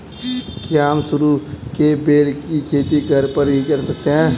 क्या हम सरू के बेल की खेती घर पर ही कर सकते हैं?